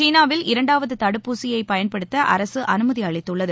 சீனாவில் இரண்டாவது தடுப்பூசியை பயன்படுத்த அரசு அஅனுமதி அளித்துள்ளது